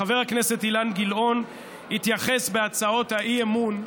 חבר הכנסת אילן גילאון התייחס בהצעות האי-אמון,